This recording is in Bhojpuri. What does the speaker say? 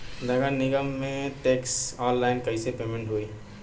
नगर निगम के टैक्स ऑनलाइन कईसे पेमेंट होई?